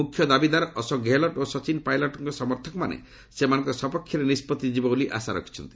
ମୁଖ୍ୟ ଦାବିଦାର ଅଶୋକ ଗେହଲଟ ଓ ସଚିନ ପାଇଲଟଙ୍କ ସମର୍ଥକମାନେ ସେମାନଙ୍କ ସପକ୍ଷରେ ନିଷ୍ପଭି ଯିବ ବୋଲି ଆଶା ରଖିଛନ୍ତି